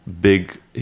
Big